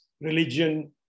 religion